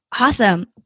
Awesome